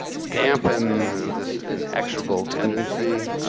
dampen this in extricable tendency,